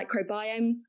microbiome